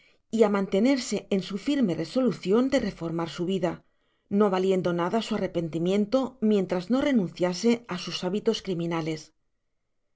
á mantenerse en su firme resoluciot de reformar su vida no valiendo nada sa arrepentimiento mientra no renunciase á sus hábitos criminales